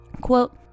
Quote